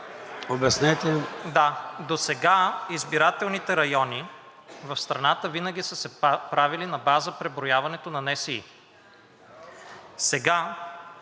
ВАСИЛЕВ: Да. Досега избирателните райони в страната винаги са се правили на база преброяването на НСИ. Сега,